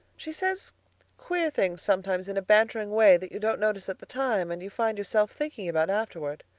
she says queer things sometimes in a bantering way that you don't notice at the time and you find yourself thinking about afterward.